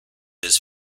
his